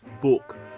book